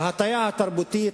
ההטיה התרבותית,